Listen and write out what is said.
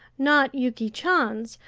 not yuki chan's,